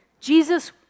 Jesus